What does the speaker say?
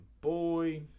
boy